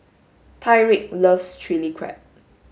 Tyriq loves chili crab